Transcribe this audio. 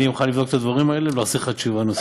אוכל לבדוק את הדברים האלה ואחזיר לך תשובה נוספת.